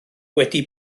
wedi